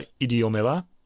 idiomela